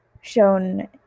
shown